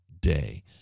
day